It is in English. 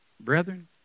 Brethren